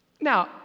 Now